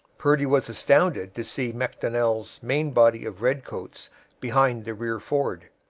purdy was astounded to see macdonell's main body of redcoats behind the rear ford.